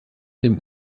dem